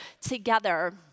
together